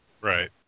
Right